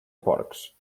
porcs